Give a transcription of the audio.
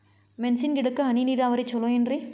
ಮೆಣಸಿನ ಗಿಡಕ್ಕ ಹನಿ ನೇರಾವರಿ ಛಲೋ ಏನ್ರಿ?